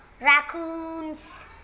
raccoons